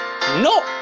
no